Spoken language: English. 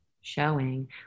showing